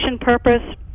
purpose